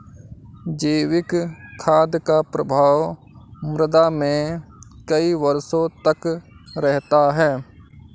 जैविक खाद का प्रभाव मृदा में कई वर्षों तक रहता है